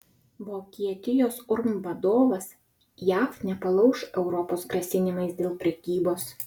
vokietijos urm vadovas jav nepalauš europos grasinimais dėl prekybos